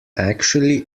actually